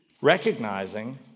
Recognizing